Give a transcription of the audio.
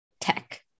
tech